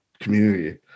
community